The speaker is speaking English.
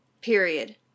Period